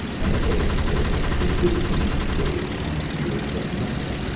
and a sort of philosophical dictionary, called ideas that matter.